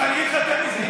אני אגיד לך יותר מזה,